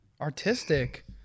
Artistic